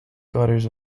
gutters